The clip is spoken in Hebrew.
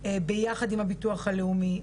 ביחד עם הביטוח הלאומי.